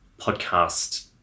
podcast